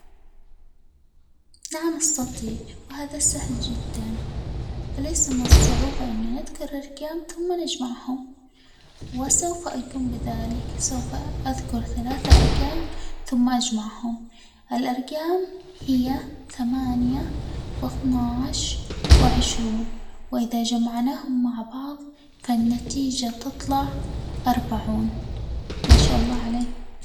نعم أستطيع، وهذا سهل جدًا، أليس من الصعوبة أن نذكر أرجام ثم نجمعهم؟ وسوف أجوم بذلك سوف أذكر ثلاث أرجام ثم أجمعهم، الأرجام هي ثمانية، اثنا عشر، وعشرون، وإذا جمعناهم مع بعض فالنتيجة تطلع أربعون، ما شاء الله علي.